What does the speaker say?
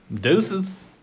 Deuces